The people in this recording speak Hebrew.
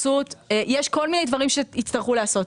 יש כל מיני דברים שיצטרכו לעשות,